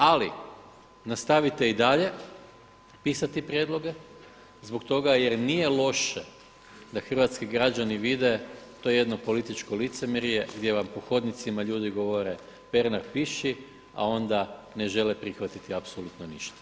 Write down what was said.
Ali nastavite i dalje pisati prijedloge zbog toga jer nije loše da hrvatski građani vide to jedno političko licemjerje gdje vam po hodnicima ljudi govore Pernar piši a onda ne žele prihvatiti apsolutno ništa.